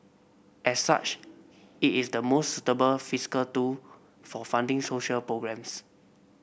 as such it is the most suitable fiscal do for funding social programmes